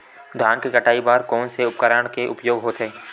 धान के कटाई बर कोन से उपकरण के उपयोग होथे?